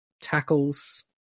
tackles